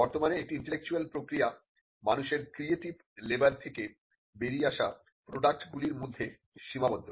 বর্তমানে একটি ইন্টেলেকচুয়াল প্রক্রিয়া মানুষের ক্রিয়েটিভ লেবার থেকে বেরিয়ে আসা প্রডাক্ট গুলির মধ্যে সীমাবদ্ধ